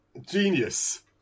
Genius